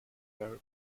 very